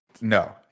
No